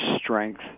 strength